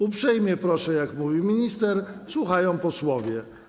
Uprzejmie proszę: jak mówi minister, słuchają posłowie.